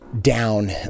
down